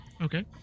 Okay